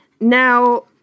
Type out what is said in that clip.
Now